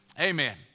Amen